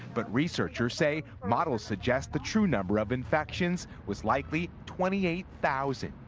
but researchers say models suggest the true number of infections was likely twenty eight thousand.